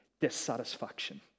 dissatisfaction